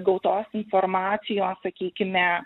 gautos informacijos sakykime